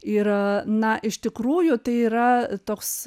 ir na iš tikrųjų tai yra toks